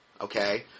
okay